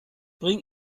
bring